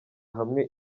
hamwe